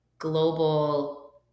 global